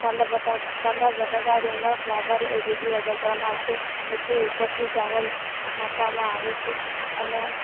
કાંદા બટા કાંદા બટાકા રીંગણ ફ્લાવર એ બધુ વઘાર કરવામાં આવે છે પછી ઉપરથી ચાવલ નાંખવામાં આવે છે અને